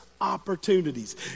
opportunities